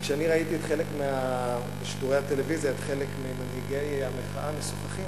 כשראיתי בשידורי הטלוויזיה את חלק ממנהיגי המחאה משוחחים,